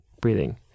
breathing